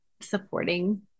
supporting